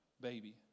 baby